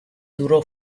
durò